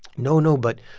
no, no, but